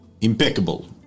impeccable